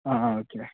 okay